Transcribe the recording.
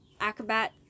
acrobat